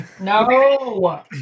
No